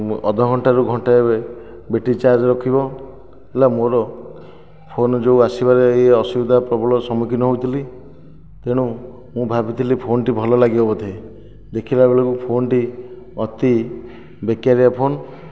ଅଧଘଣ୍ଟାରୁ ଘଣ୍ଟାଏ battery charge ରଖିବ ହେଲା ମୋର ଫୋନ୍ ଯେଉଁ ଆସିବାରେ ଏହି ଅସୁବିଧା ପ୍ରବଳ ସମ୍ମୁଖୀନ ହେଉଥିଲି ତେଣୁ ମୁଁ ଭାବିଥିଲି ଫୋନ୍ଟି ଭଲ ଲାଗିବ ବୋଧେ ଦେଖିଲା ବେଳକୁ ଫୋନ୍ଟି ଅତି ବେକାରିଆ ଫୋନ୍